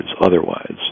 otherwise